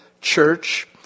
Church